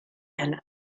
and